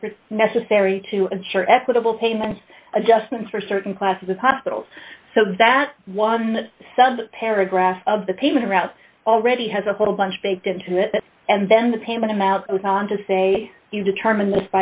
next necessary to ensure equitable payments adjustments for certain classes of hospitals so that one the sub paragraph of the payment amount already has a whole bunch baked into it and then the payment amount owed on to say you determine